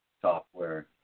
software